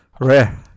rare